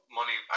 money